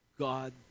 God